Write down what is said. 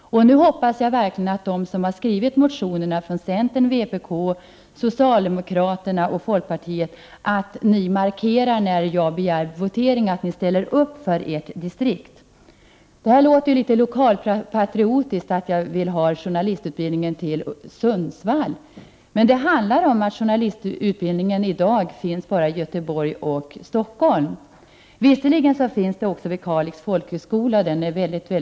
Nu hoppas jag verkligen att ni från centern, vpk, socialdemokraterna och folkpartiet som skrivit motionen när jag begär votering ställer upp för ert distrikt. Det kan låta något lokalpatriotiskt att jag vill ha journalistutbildningen förlagd till Sundsvall. Journalistutbildning finns i dag bara i Göteborg och Stockholm. Visserligen finns det också en sådan utbildning vid Kalix folkhögskola, och den är mycket bra.